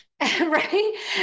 right